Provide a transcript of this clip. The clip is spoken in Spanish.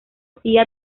sia